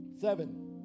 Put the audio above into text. Seven